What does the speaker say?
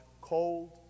cold